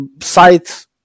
site